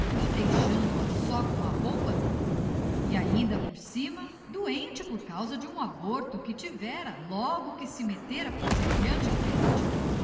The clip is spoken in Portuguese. e deixando-a só com a roupa do corpo e ainda por cima doente por causa de um aborto que tivera logo que se metera com semelhante peste